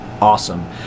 Awesome